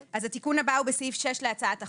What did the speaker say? התיקון הבא הוא בסעיף 6 להצעת החוק.